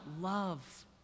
love